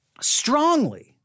strongly